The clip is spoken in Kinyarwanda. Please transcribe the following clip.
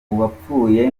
uwapfuye